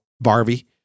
Barbie